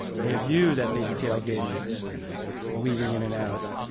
in a view that maybe tailgating and weaving in and out.